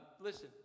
Listen